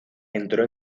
entró